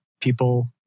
people